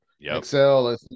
excel